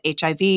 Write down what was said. HIV